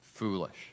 foolish